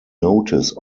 notice